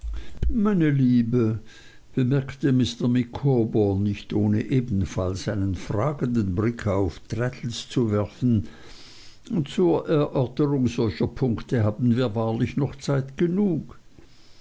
meine liebe bemerkte mr micawber nicht ohne ebenfalls einen fragenden blick auf traddles zu werfen zur erörterung solcher punkte haben wir wahrlich noch zeit genug